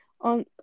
on